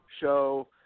show